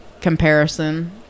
comparison